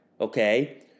okay